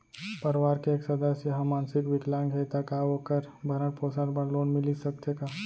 परवार के एक सदस्य हा मानसिक विकलांग हे त का वोकर भरण पोषण बर लोन मिलिस सकथे का?